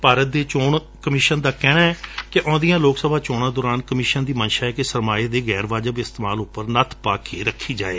ਭਾਰਤ ਦੇ ਚੋਣ ਕਮਿਸ਼ਨ ਦਾ ਕਹਿਣੈ ਕਿ ਆਉਦੀਆਂ ਲੋਕ ਸਭਾ ਚੋਣਾਂ ਦੌਰਾਨ ਕਮਿਸ਼ਨ ਦੀ ਮੰਸ਼ਾ ਏ ਕਿ ਸਰਮਾਏ ਦੇ ਗੈਰ ਵਾਜਬ ਇਸਤੇਮਾਲ ਉਪਰ ਨੱਥ ਪਾ ਕੇ ਰਖੀ ਜਾਵੇ